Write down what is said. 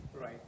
Right